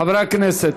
חברי הכנסת,